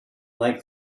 like